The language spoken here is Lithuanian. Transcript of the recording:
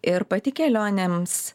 ir pati kelionėms